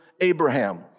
Abraham